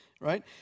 Right